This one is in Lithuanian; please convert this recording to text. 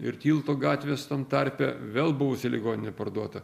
ir tilto gatvės tam tarpe vėl buvusi ligoninė parduota